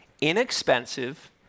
inexpensive